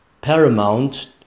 paramount